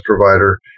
provider